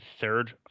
third